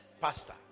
pastor